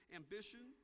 ambition